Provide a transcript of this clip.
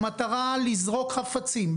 במטרה לזרוק חפצים,